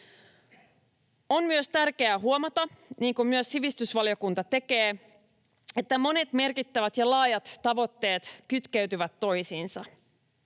On myös tärkeää huomata, niin kuin myös sivistysvaliokunta tekee, että monet merkittävät ja laajat tavoitteet kytkeytyvät toisiinsa.